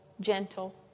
gentle